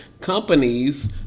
Companies